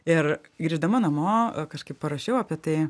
ir grįždama namo kažkaip parašiau apie tai